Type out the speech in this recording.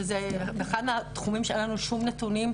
שזה אחד מהתחומים שאין לנו שום נתונים,